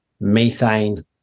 Methane